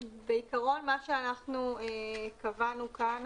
בעיקרון, מה שאנחנו קבענו כאן